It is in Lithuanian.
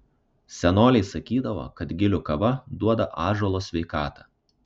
senoliai sakydavo kad gilių kava duoda ąžuolo sveikatą